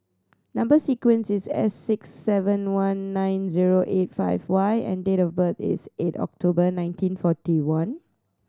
number sequence is S six seven one nine zero eight five Y and date of birth is eight October nineteen forty one